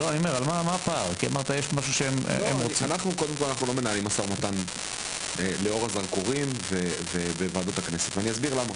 לא מנהלים משא ומתן לאור הזרקורים ובוועדות הכנסת ואני אסביר למה.